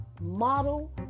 model